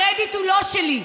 הקרדיט הוא לא שלי,